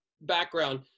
background